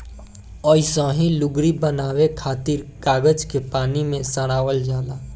अइसही लुगरी बनावे खातिर कागज के पानी में सड़ावल जाला